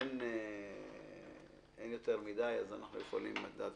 אין יותר מדי אנשים אז אנחנו יכולים לאפשר